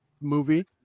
movie